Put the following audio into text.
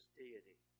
deity